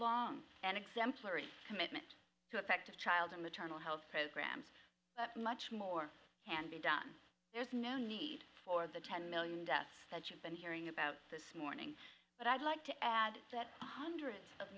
has an exemplary commitment to effective child and maternal health programs much more can be done there's no need for the ten million deaths that you've been hearing about this morning but i'd like to add that hundreds of